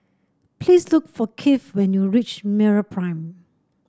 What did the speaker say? please look for Kieth when you reach MeraPrime